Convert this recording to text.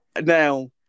now